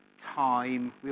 Time